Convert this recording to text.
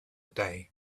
day